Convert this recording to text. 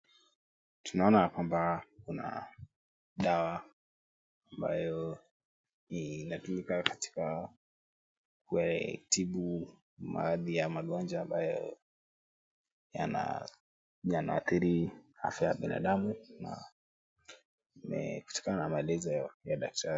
Tunaona ya kwamba kuna dawa ambayo inatumika katika kutibu baadhi ya magonjwa ambayo yanaadhiri afya ya binadamu na kutokana na maelezo ya daktari.